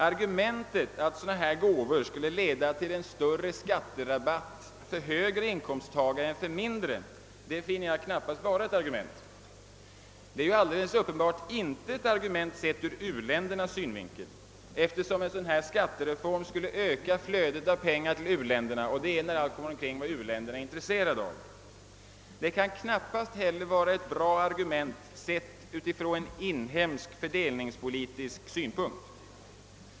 Argumentet, att sådana gåvor skulle leda till större skatterabatt för högre inkomsttagare än för lägre, finner jag knappast vara bärande. Det är ju alldeles uppenbart inte ett argument, sett ur u-ländernas synvinkel, eftersom en sådan skattereform skulle öka flödet av pengar till u-länderna, och det är när allt kommer omkring vad u-länderna är intresserade av. Det kan knappast heller vara ett bra argument sett utifrån inhemsk fördelningspolitisk synpunkt.